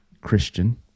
Christian